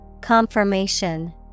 Confirmation